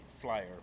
flyer